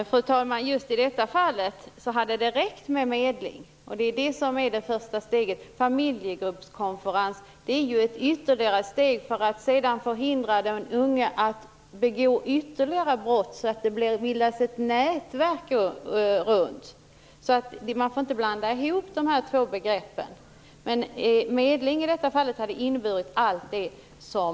Fru talman! Just i detta fall hade det räckt med medling, som är det första steget. Familjegruppskonferens är ett ytterligare steg för att förhindra den unge att begå fler brott och för att bilda ett nätverk runt den unge. Man får inte blanda ihop dessa två begrepp. Medling hade i det här fallet inneburit allt det som